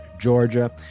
Georgia